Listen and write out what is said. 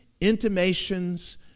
intimations